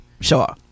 Sure